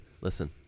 Listen